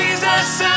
Jesus